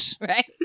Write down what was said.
Right